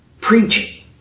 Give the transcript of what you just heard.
preaching